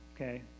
okay